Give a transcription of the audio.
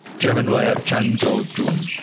german lawyer chan jo jun.